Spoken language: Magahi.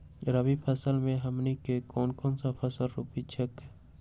रबी फसल में हमनी के कौन कौन से फसल रूप सकैछि?